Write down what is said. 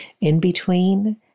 in-between